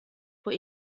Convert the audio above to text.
vor